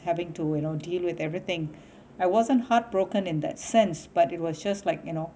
having to you know deal with everything I wasn't heartbroken in that sense but it was just like you know